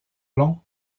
long